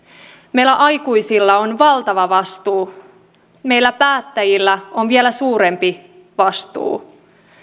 meillä aikuisilla on valtava vastuu meillä päättäjillä on vielä suurempi vastuu